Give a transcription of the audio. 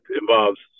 involves